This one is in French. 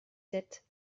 sept